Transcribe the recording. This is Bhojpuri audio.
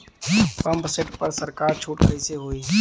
पंप सेट पर सरकार छूट कईसे होई?